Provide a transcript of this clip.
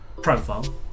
profile